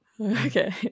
Okay